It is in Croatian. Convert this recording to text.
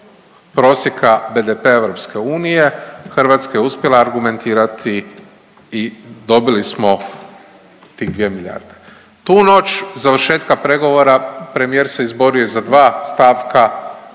prosjeka BDP-a EU, Hrvatska je uspjela argumentirati i dobili smo tih 2 milijarde. Tu noć završetka pregovora premijer se izborio i za 2 stavka